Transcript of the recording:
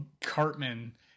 Cartman